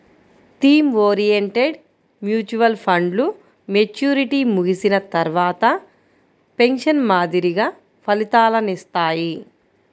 theme oriented mutual ఫండ్లు maturity ముగిసిన తర్వాత పెన్షన్ మాదిరిగా ఫలితాలనిత్తాయి